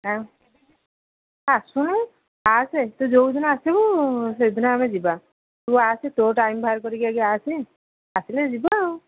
ଆଉ ଆସୁନୁ ଆସେ ତୁ ଯୋଉ ଦିନ ଆସିବୁ ସେଦିନ ଆମେ ଯିବା ତୁ ଆସେ ତୋ ଟାଇମ୍ ବାହାର କରିକି ଆଗେ ଆସେ ଆସିଲେ ଯିବା ଆଉ